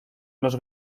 los